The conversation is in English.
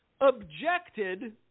objected